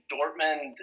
Dortmund